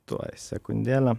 tuoj sekundėlę